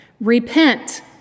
Repent